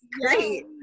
great